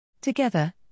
Together